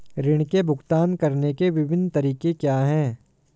ऋृण के भुगतान करने के विभिन्न तरीके क्या हैं?